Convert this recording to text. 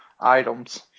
Items